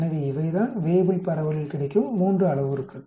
எனவே இவைதான் வேய்புல் பரவலில் கிடைக்கும் மூன்று அளவுருக்கள்